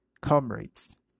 comrades